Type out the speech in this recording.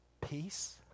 peace